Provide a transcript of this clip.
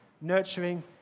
nurturing